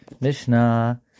Mishnah